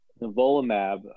nivolumab